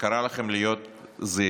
וקרא לכם להיות זהירים.